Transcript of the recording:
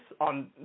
on